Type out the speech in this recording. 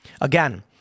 Again